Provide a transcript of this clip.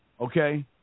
Okay